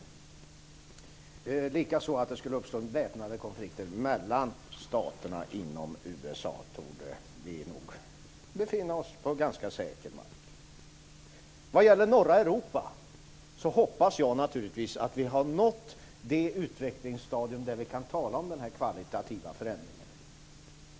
Även vad gäller risken att det skulle uppstå väpnade konflikter mellan staterna inom USA torde vi nog befinna oss på ganska säker mark. Vad gäller norra Europa hoppas jag naturligtvis att vi har nått det utvecklingsstadium då vi kan tala om en sådan kvalitativ förändring.